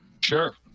Sure